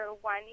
one